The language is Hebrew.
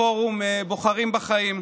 תודה לפורום בוחרים בחיים,